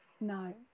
No